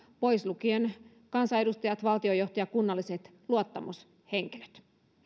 poislukien kansanedustajat valtionjohtaja ja kunnalliset luottamushenkilöt